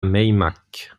meymac